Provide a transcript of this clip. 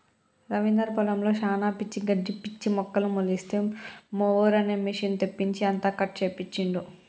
రవీందర్ పొలంలో శానా పిచ్చి గడ్డి పిచ్చి మొక్కలు మొలిస్తే మొవెర్ అనే మెషిన్ తెప్పించి అంతా కట్ చేపించిండు